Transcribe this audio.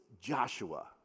Joshua